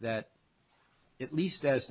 that at least as